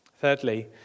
Thirdly